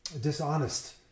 dishonest